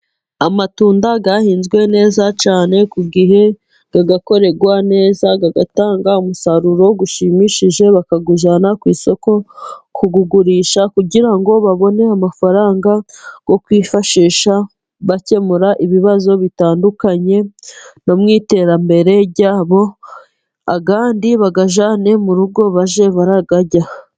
Amatunda yahinzwe neza cyane kugihe agakorerwa neza, atanga umusaruro ushimishije bawujyana ku isoko kuwugurisha, kugira ngo babone amafaranga yo kwifashisha bakemura ibibazo bitandukanye, no mu iterambere ryabo andi bayajyane mu rugo bajye barayarya.